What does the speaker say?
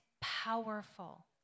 powerful